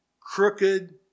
crooked